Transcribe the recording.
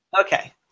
Okay